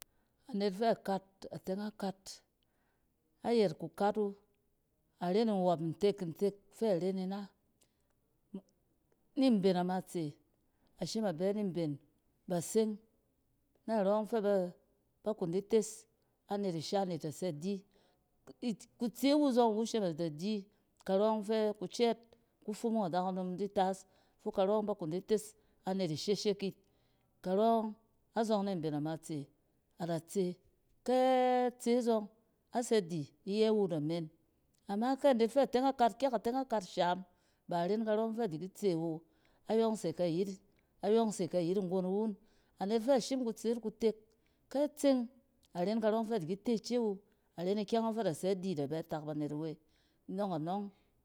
Anet fɛ kat, a teng a kat-ayɛt ku kat wu aren nwͻp ntek, fɛ ren ina. Ni mben amatse, ashim a bɛ ni mben nbaseng narͻ ͻng fɛ ba-ba kin di tes anet ishan yit atɛ di. It kutseng wu zͻng iwu shim a tsɛ di karͻ ͻng fɛ kufumung adakunom di taas fok karͻng ba kin di tes anet isheshek yit. Karͻng, azͻng ni mben amatse, ada tse kɛ tse zͻng a tsɛ di, iyɛ wu da men. Ama kɛ net fɛ teng a kat kyɛk ateng a kat sham, ba aren karͻng fɛ di kit se wo, ayͻng se kɛ yet, ayͻng se kɛ yet nggon iwun. Anet fɛ shim kutseet kutek, kɛ tseng, aren karͻng fɛ di kit e ice wu aren ikyɛng fɛ di kit e ice wu aren ikyɛng ͻng fɛ ada tsɛ di ada bɛ tak banet awe, idͻg anͻng